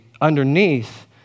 underneath